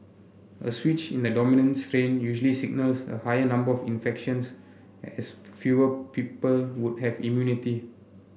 a switch in the dominant strain usually signals a higher number of infections as fewer people would have immunity